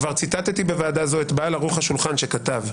כבר ציטטתי בוועדה הזו את בעל ערוך השולחן שכתב: